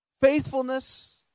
Faithfulness